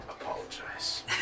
apologize